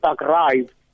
arrived